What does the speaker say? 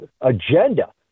agenda